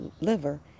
liver